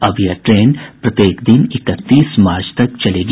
अब यह ट्रेन प्रत्येक दिन इकतीस मार्च तक चलेगी